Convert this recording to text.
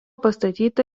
pastatyta